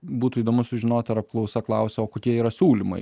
būtų įdomu sužinoti ar apklausa klausė o kokie yra siūlymai